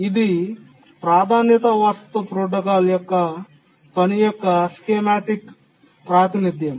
ఇది ప్రాధాన్యత వారసత్వ ప్రోటోకాల్ యొక్క పని యొక్క స్కీమాటిక్ ప్రాతినిధ్యం